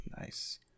Nice